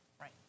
right